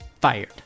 fired